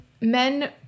men